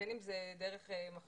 בין אם זה דרך מחשבים,